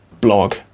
blog